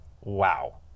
Wow